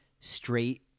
straight